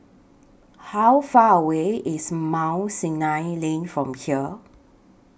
How Far away IS Mount Sinai Lane from here